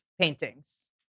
paintings